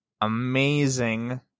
amazing